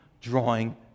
drawing